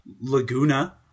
Laguna